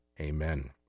Amen